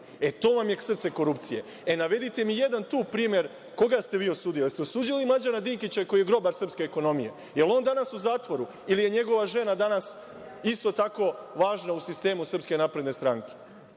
To vam je srce korupcije. Navedite mi jedan primer koga ste vi osudili. Da li ste osudili Mlađana Dinkića koji je grobar srpske ekonomije? Da li je on danas u zatvoru ili je njegova žena danas isto tako važna u sistemu SNS?Da li ste